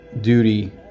duty